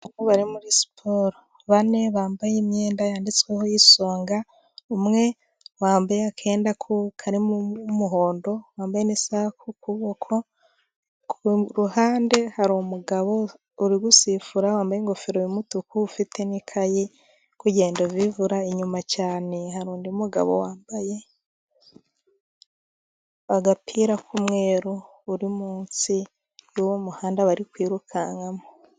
Abahungu bari muri siporo bane. bambaye imyenda yanditsweho isonga, umwe wambaye akenda ko karimo umuhondo, wambaye n,isaha kuboko, kuhande hari n' umugabo urigusifura wambaye ingofero yumutuku, ufite n'ikayi urikugenda uvivura, inyuma cyane hari undi mugabo wambaye agapira k'umweru, uri munsi yuwo muhanda bari kwirukankamo.